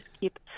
Keep